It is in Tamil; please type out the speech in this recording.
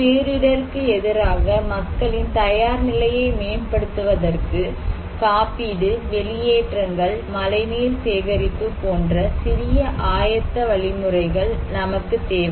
பேரிடருக்கு எதிராக மக்களின் தயார்நிலையை மேம்படுத்துவதற்கு காப்பீடு வெளியேற்றங்கள் மழைநீர் சேகரிப்பு போன்ற சிறிய ஆயத்த வழிமுறைகள் நமக்குத் தேவை